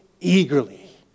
eagerly